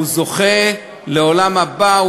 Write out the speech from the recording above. זוכה לעולם הבא,